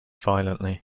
violently